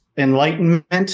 Enlightenment